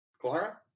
Clara